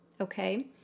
okay